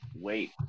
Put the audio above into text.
wait